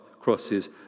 crosses